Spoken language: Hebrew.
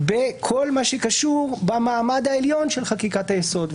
בכל מה שקשור במעמד העליון של חקיקת היסוד.